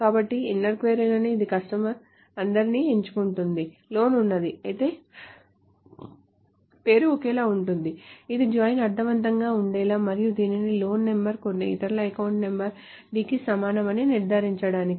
కాబట్టి inner query అది customers అందరినీ ఎంచుకుంటుంది లోన్ ఉన్నది అయితే పేరు ఒకేలా ఉంటుంది ఇది జాయిన్ అర్థవంతంగా ఉండేలా మరియు దీని లోన్ నెంబర్ కొన్ని ఇతర అకౌంట్ నంబర్ D కి సమానమని నిర్ధారించడానికి